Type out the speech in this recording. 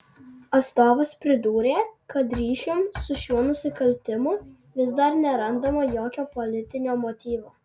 atstovas pridūrė kad ryšium su šiuo nusikaltimu vis dar nerandama jokio politinio motyvo